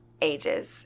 ages